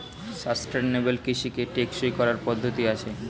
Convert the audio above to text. sustainable কৃষিকে টেকসই করার পদ্ধতি আছে